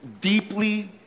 deeply